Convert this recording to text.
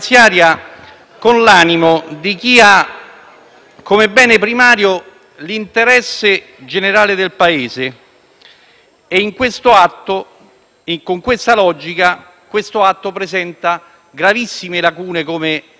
Dopo alcuni giorni in cui abbiamo analizzato il testo in Commissione e lo abbiamo approfondito, anche alla luce delle numerose audizioni tecniche che si sono svolte alla presenza di illustri personalità della scena economica italiana,